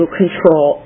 control